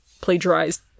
plagiarized